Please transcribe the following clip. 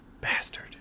bastard